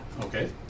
Okay